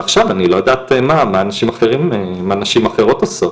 ועכשיו אני לא יודעת מה נשים אחרות עושות.